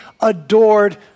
adored